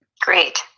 Great